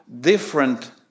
different